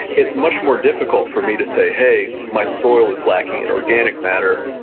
it's much more difficult for me to say, hey, my soil is lacking in organic matter.